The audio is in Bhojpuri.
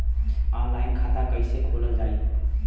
ऑनलाइन खाता कईसे खोलल जाई?